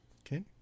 Okay